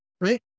right